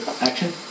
action